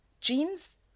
Genes